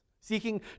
Seeking